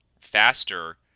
faster